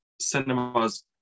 cinema's